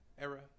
era